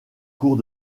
cours